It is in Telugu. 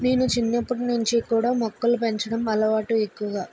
నేను చిన్నప్పటి నుంచి కూడా మొక్కలు పెంచడం అలవాటు ఎక్కువ